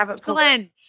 Glenn